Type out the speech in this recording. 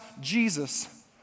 Jesus